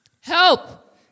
Help